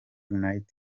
knight